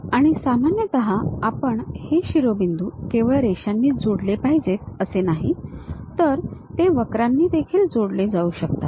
आणि सामान्यतः आपण हे शिरोबिंदू केवळ रेषांनीच जोडले पाहिजेत असे नाही तर ते वक्रांनी देखील जोडले जाऊ शकतात